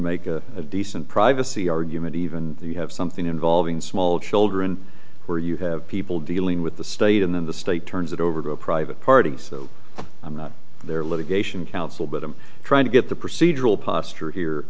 make a decent privacy argument even though you have something involving small children where you have people dealing with the state and then the state turns it over to a private party so i'm not there litigation counsel but i'm trying to get the procedural posture here